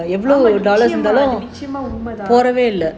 நிச்சயமா நிச்சயமா:nichayamaa nichayamaa